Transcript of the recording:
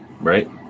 right